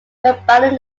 combining